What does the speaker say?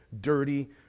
dirty